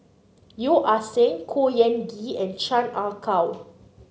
Yeo Ah Seng Khor Ean Ghee and Chan Ah Kow